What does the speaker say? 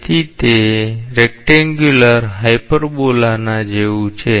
તેથી તે લંબચોરસ હાઇપરબોલા ના જેવું છે